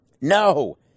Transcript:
No